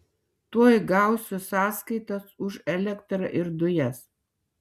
tuoj gausiu sąskaitas už elektrą ir dujas